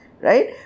Right